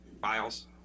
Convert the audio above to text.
files